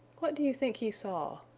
what do you think he saw?